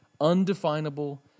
undefinable